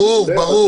ברור.